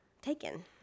taken